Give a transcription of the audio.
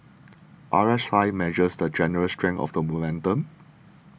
R S I measures the general strength of the momentum